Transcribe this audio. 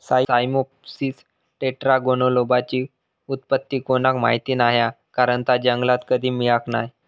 Cyamopsis टेट्रागोनोलोबाची उत्पत्ती कोणाक माहीत नाय हा कारण ता जंगलात कधी मिळाक नाय